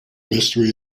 mystery